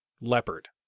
Leopard